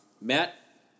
Matt